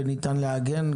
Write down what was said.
וניתן לעגן את זה,